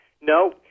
No